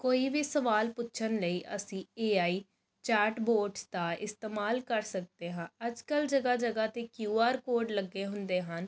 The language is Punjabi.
ਕੋਈ ਵੀ ਸਵਾਲ ਪੁੱਛਣ ਲਈ ਅਸੀਂ ਏ ਆਈ ਚੈਟ ਬੋਰਟਸ ਦਾ ਇਸਤੇਮਾਲ ਕਰ ਸਕਦੇ ਹਾਂ ਅੱਜ ਕੱਲ੍ਹ ਜਗ੍ਹਾ ਜਗ੍ਹਾ 'ਤੇ ਕਿਊ ਆਰ ਕੋਡ ਲੱਗੇ ਹੁੰਦੇ ਹਨ